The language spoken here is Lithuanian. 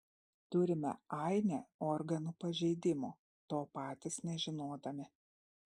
turime ainę organų pažeidimų to patys nežinodami